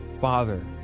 father